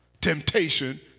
temptation